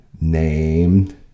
named